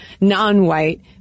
non-white